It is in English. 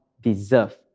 deserve